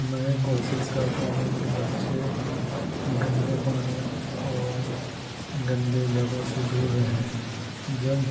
میں کوشس کرتا ہوں کہ بچے گندے پانی اور گندے جگہوں سے دور رہیں جب